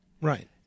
Right